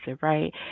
right